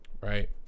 Right